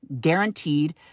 guaranteed